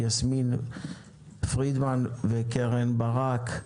יסמין פרידמן וקרן ברק.